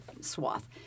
swath